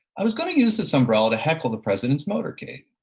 i was going to use this umbrella to heckle the president's motorcade.